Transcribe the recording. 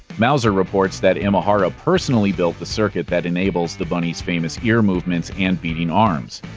mouser reports that imahara personally built the circuit that enables the bunny's famous ear movements and beating arms.